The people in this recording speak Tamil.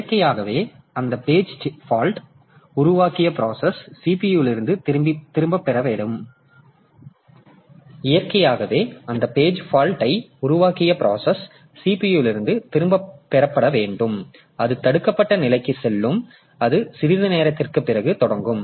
இயற்கையாகவே அந்த பேஜ் பால்ட் ஐ உருவாக்கிய ப்ராசஸ் CPU இலிருந்து திரும்பப் பெறப்பட வேண்டும் அது தடுக்கப்பட்ட நிலைக்குச் செல்லும் அது சிறிது நேரத்திற்குப் பிறகு தொடங்கும்